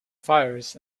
fires